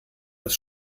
das